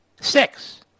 Six